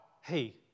hey